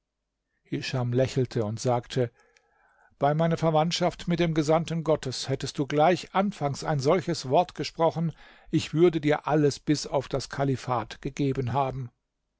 hischam lächelte und sagte bei meiner verwandtschaft mit dem gesandten gottes hättest du gleich anfangs ein solches wort gesprochen ich würde dir alles bis auf das kalifat gegeben haben